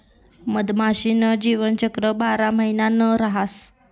मधमाशी न जीवनचक्र बारा महिना न रहास